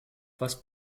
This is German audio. was